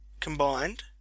combined